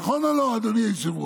נכון או לא, אדוני היושב-ראש?